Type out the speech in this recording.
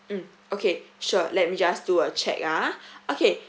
mm okay sure let me just do a check ah okay